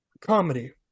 comedy